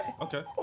Okay